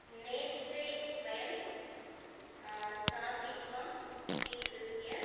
नेत्रे वयं स्थापयित्वा स्वीकृत्य